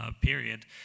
period